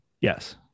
Yes